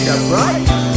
Right